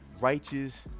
righteous